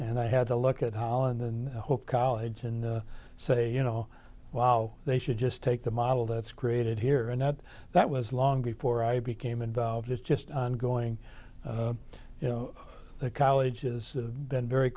and i had to look at holland and hope college and say you know wow they should just take the model that's created here and that that was long before i became involved it's just ongoing you know the college is been very